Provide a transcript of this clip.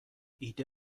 ایده